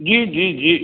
जी जी जी